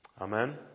Amen